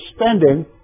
spending